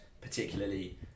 particularly